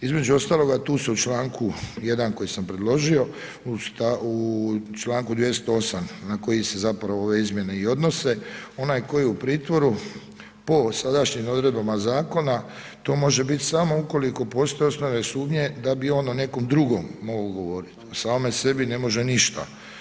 Između ostaloga tu su u članku 1. koji sam predložio, u članku 208. na koji se zapravo ove izmjene i odnose, onaj koji je u pritvoru po sadašnjim odredbama zakona to može biti samo ukoliko postoje osnovne sumnje da bi on o nekom drugom mogao govoriti o samome sebi ne može ništa.